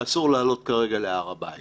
שאסור לעלות כרגע להר הבית